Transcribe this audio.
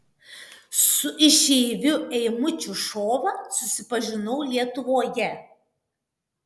su išeiviu eimučiu šova susipažinau lietuvoje